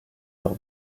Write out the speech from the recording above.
leur